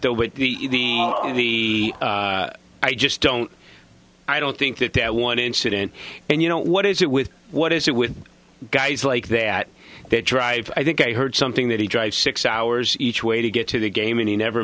on the i just don't i don't think that that one incident and you know what is it with what is it with guys like that that drive i think i heard something that he drives six hours each way to get to the game and he never